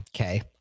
okay